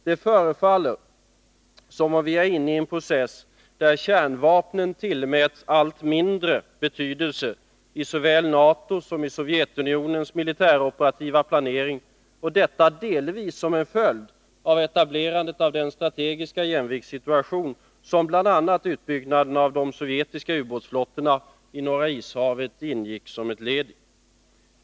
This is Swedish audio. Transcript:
Det förefaller som om vi är inne i en process där kärnvapnen tillmäts allt mindre betydelse i såväl NATO:s som Sovjetunionens militäroperativa planering, och detta delvis som en följd av etablerandet av den strategiska jämviktssituation som bl.a. utbyggnaden av de sovjetiska ubåtsflottorna i Norra Ishavet ingick som ett led i.